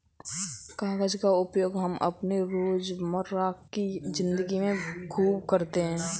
कागज का उपयोग हम अपने रोजमर्रा की जिंदगी में खूब करते हैं